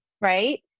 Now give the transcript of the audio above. right